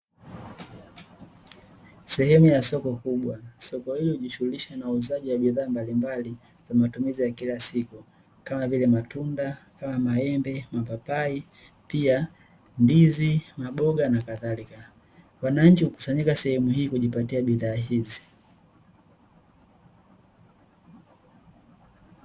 Sehemu ya soko kubwa, soko hilo hujishughulisha na uuzaji wa bidhaa mbalimbali za matumizi ya kila siku kama vile: matunda kama maembe, mapapai, pia ndizi, maboga, nakadhalika, Wananchi hukusanyika sehemu hii kujipatia bidhaa hizi.